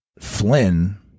Flynn